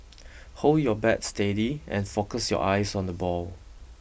hold your bat steady and focus your eyes on the ball